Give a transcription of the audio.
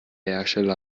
hersteller